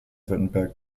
württemberg